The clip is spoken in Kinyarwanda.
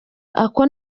ako